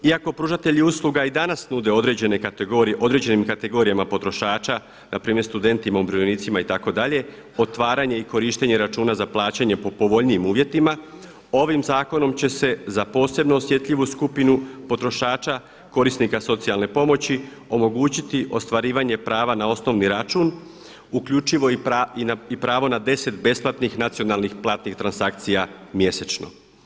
Iako pružatelji usluga i danas nude određene kategorije, određenim kategorijama potrošača, na primjer studentima, umirovljenicima itd. otvaranje i korištenje računa za plaćanje po povoljnijim uvjetima ovim zakonom će se za posebno osjetljivu skupinu potrošača korisnika socijalne pomoći omogućiti ostvarivanje prava na osnovni račun uključivo i pravo na 10 besplatnih nacionalnih platnih transakcija mjesečno.